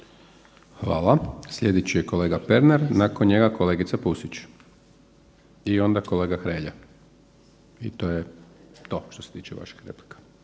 Hvala. Sljedeći je kolega Pernar, nakon njega kolegica Pusić i onda kolega Hrelja i onda to je to što se tiče vaših replika.